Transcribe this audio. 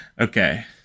Okay